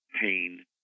pain